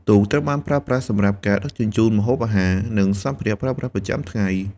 ទូកត្រូវបានប្រើប្រាស់សម្រាប់ការដឹកជញ្ជូនម្ហូបអាហារ និងសម្ភារៈប្រើប្រាស់ប្រចាំថ្ងៃ។